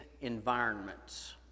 environments